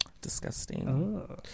Disgusting